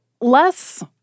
less